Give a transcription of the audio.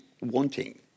wanting